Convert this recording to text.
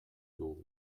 dugu